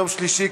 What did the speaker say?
יום שלישי,